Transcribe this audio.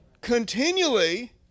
continually